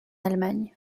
allemagne